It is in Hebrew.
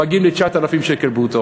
מגיעים ל-9,000 שקל ברוטו.